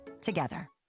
together